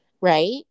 Right